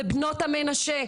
ובנות המנשה.